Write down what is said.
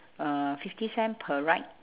uh fifty cent per ride